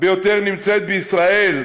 נמצאת בישראל,